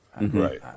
Right